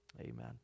Amen